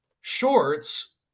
shorts